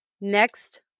next